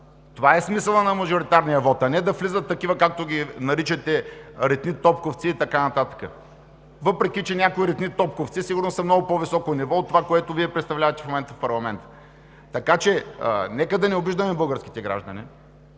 Това е смисълът на мажоритарния вот, а не да влизат такива, както ги наричате „ритнитопковци“ и така нататък, въпреки че някои ритнитопковци сигурно са много по-високо ниво от това, което Вие представлявате в парламента. Така че нека да не обиждаме българските граждани,